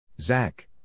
Zach